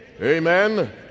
Amen